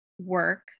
work